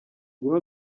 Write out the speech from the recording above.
guha